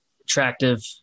attractive